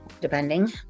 depending